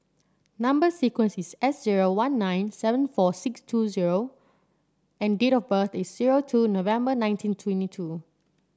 number sequence is S zero one nine seven four six two zero and date of birth is zero two November nineteen twenty two